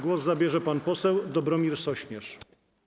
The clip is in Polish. Głos zabierze pan poseł Dobromir Sośnierz.